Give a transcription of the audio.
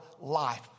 life